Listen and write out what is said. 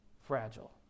fragile